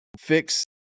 fix